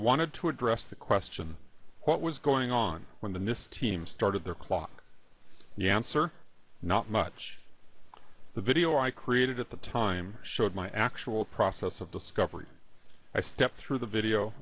wanted to address the question what was going on when this team started their clock the answer not much the video i created at the time showed my actual process of discovery i stepped through the video